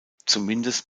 zumindest